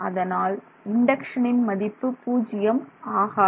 அதனால் இண்டக்சனின் மதிப்பு பூஜ்ஜியம் ஆகாது